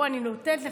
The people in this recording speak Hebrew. פה אני נותנת לך,